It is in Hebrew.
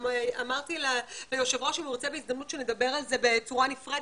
אמרתי ליושב ראש שאם הוא רוצה בהזדמנות שנדבר על זה בצורה נפרדת,